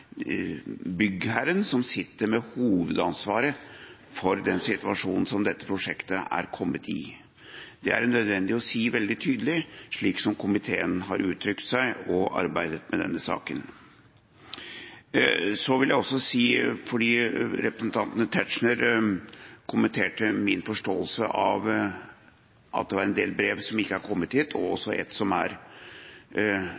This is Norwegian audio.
byggherren som sitter med hovedansvaret for den situasjonen som dette prosjektet er kommet i. Det er det nødvendig å si veldig tydelig, slik som komiteen har uttrykt seg og i arbeidet med denne saken. Representanten Tetzschner kommenterte min forståelse av at det var en del brev som ikke var kommet hit, og